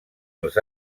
els